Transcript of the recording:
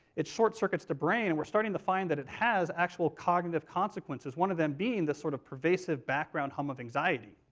it short-circuits the brain, and we're starting to find it has actual cognitive consequences, one of them being this sort of pervasive background hum of anxiety.